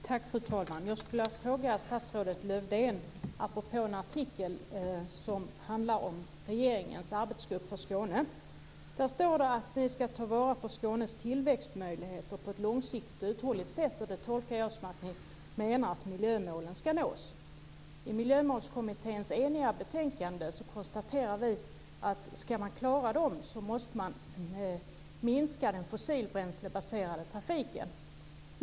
Fru talman! Jag skulle vilja ställa en fråga till statsrådet Lövdén apropå en artikel som handlar om regeringens arbetsgrupp för Skåne. Där står att ni ska ta vara på Skånes tillväxtmöjligheter på ett långsiktigt och uthålligt sätt. Det tolkar jag som att ni menar att miljömålen ska nås. I Miljömålskommittén eniga betänkande konstaterar vi att om man ska klara målen måste man minska den fossilbränslebaserade trafiken.